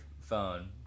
phone